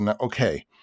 Okay